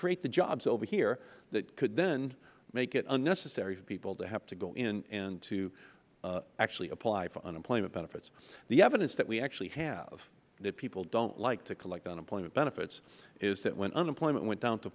create the jobs over here that could then make it unnecessary for people to have to go in and to actually apply for unemployment benefits the evidence that we actually have that people don't like to collect unemployment benefits is that when unemployment went down to